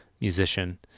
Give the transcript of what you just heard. musician